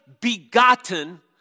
begotten